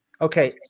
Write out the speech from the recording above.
Okay